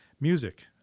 Music